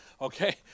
Okay